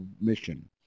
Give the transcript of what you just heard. mission